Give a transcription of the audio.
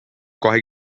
kohe